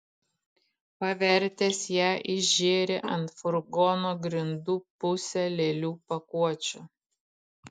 pavertęs ją išžėrė ant furgono grindų pusę lėlių pakuočių